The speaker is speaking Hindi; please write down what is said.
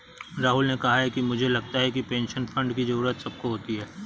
राहुल ने कहा कि मुझे लगता है कि पेंशन फण्ड की जरूरत सबको होती है